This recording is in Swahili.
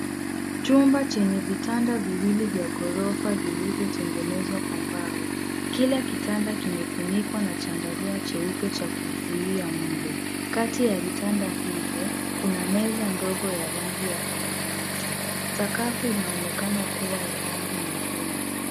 Chumba chenye vitanda viwili vya ghorofa vilivyo tengenezwa kwa mbao. Kila kitanda kimefunikwa na chandarua cheupe cha kuzulia mbu . Kati ya vitanda hivyo kuna meza ndogo ya rangi ya samawati. Sakafu inaonekana kuwa ya rangi nyekundu.